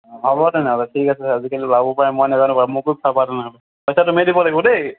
হ'ব তেনেহ'লে ঠিক আছে আজিকালি ওলাবও পাৰে মই নাজানো বাৰু মোকো খোৱাবা তেনেহ'লে পইচা তুমি দিব লাগিব দেই